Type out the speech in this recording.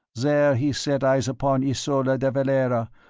there he set eyes upon ysola de valera,